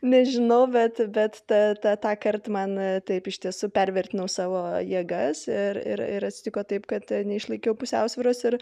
nežinau bet bet tą tąkart man taip iš tiesų pervertinau savo jėgas ir ir ir atsitiko taip kad neišlaikiau pusiausvyros ir